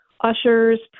ushers